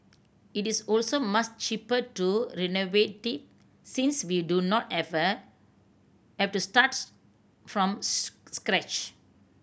it is also much cheaper to renovated since we do not effort have to starts from scratch